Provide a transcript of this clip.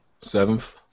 Seventh